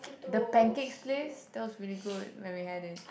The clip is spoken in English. the pancakes place that was really good when we had it